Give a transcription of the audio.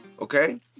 okay